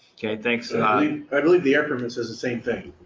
okay, thanks i i believe the air permit is is the same thing.